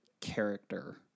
character